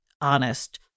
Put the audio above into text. honest